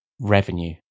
revenue